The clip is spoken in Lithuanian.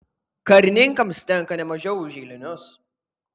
karininkams tenka ne mažiau už eilinius